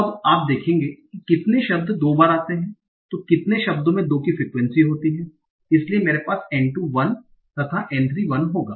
अब आप देखेंगे कि कितने शब्द दो बार आते हैं तो कितने शब्दों में 2 की frequency होती है इसलिए मेरे पास N2 1 तथा N3 1 होगा